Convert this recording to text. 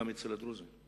גם אצל הדרוזים,